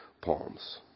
palms